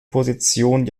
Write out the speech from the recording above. position